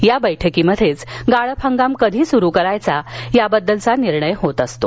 या बैठकीतच गाळप हंगाम कघी सुरू करायचा याबद्दलचा निर्णय होत असतो